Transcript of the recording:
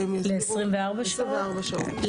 ל-24 שעות?